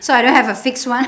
so I don't have a fixed one